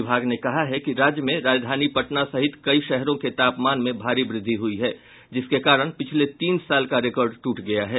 विभाग ने कहा है कि राज्य में राजधानी पटना सहित कई शहरों के तापमान में भारी व्रद्धि हुई है जिसके कारण पिछले तीन साल का रिकार्ड टूट गया है